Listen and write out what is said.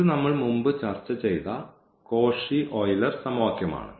ഇത് നമ്മൾ മുമ്പ് ചർച്ച ചെയ്ത കോശി ഓയിലർ സമവാക്യമാണ്